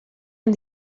and